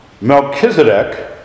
Melchizedek